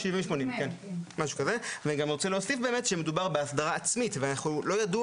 של 70-80. אני רוצה להוסיף שמדובר בהסדרה עצמית ולא ידוע